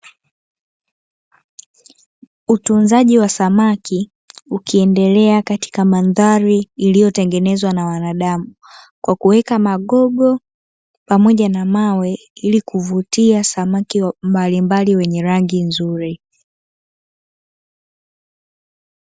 Utunzaji wa samaki ukiendelea katika madhari iliyo tengenezwa na, wanadamu kwakuweka magogo pamoja na mawe, ili kuvutia samaki mbalimbali wenye rangi nzuri.